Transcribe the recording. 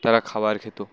তারা খাবার খেত